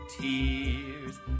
tears